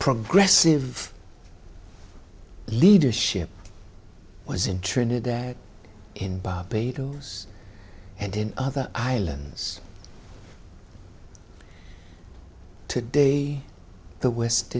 progressive leadership was in trinidad in barbados and in other islands today the west